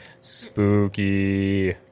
Spooky